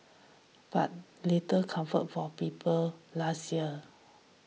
but little comfort for people last year